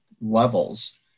levels